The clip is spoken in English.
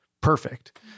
perfect